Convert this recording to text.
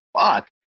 fuck